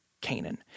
Canaan